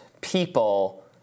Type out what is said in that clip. people